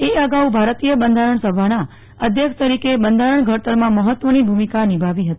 એ અગાઉ ભારતીય બંધારણ સભાના અધ્યક્ષ તરીકે બંધારણ ઘડતરમાં મહત્વની ભૂમિકા નિભાવી હતી